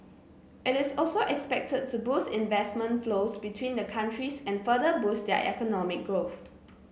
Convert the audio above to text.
it is also expected to boost investment flows between the countries and further boost their economic growth